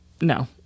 no